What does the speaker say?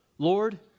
Lord